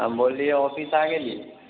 हम बोललियै ऑफिस आ गेलीह